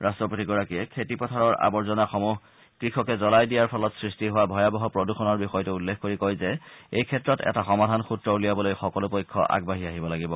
ৰট্টপতিগৰাকীয়ে খেতি পথাৰৰ আৱৰ্জনাসমূহ কৃষকে জুলাই দিয়াৰ ফলত সৃষ্টি হোৱা ভয়াৱহ প্ৰদূষণৰ বিষয়টো উল্লেখ কৰি কয় যে এই ক্ষেত্ৰত এটা সমাধান সূত্ৰ উলিয়াবলৈ সকলো পক্ষ আগবাঢ়ি আহিব লাগিব